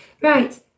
Right